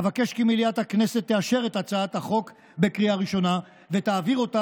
אבקש כי מליאת הכנסת תאשר את הצעת החוק בקריאה ראשונה ותעביר אותה